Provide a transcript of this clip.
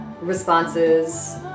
responses